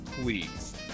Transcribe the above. please